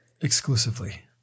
exclusively